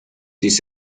this